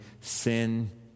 sin